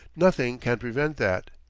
nothing can prevent that.